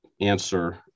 answer